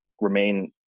remain